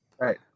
Right